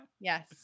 Yes